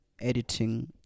editing